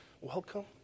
welcome